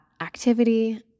activity